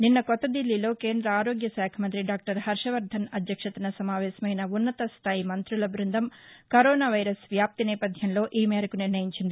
నిన్న కొత్తదిల్లీలో కేంద్ర ఆరోగ్య శాఖ మంతి డాక్టర్ హర్హవర్దన్ అధ్యక్షతన సమావేశమైన ఉన్నతస్థాయి మంతుల బృందం కరోనా వైరస్ వ్యాప్తి నేపథ్యంలో ఈ మేరకు నిర్ణయించింది